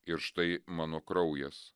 ir štai mano kraujas